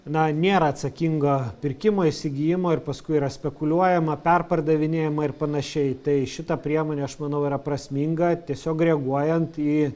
na nėra atsakingo pirkimo įsigijimo ir paskui yra spekuliuojama perpardavinėjama ir panašiai tai šita priemonė aš manau yra prasminga tiesiog reaguojant į